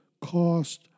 cost